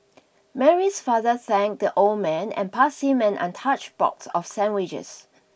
Mary's father thanked the old man and passed him an untouched box of sandwiches